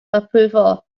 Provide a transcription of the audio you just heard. approval